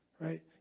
Right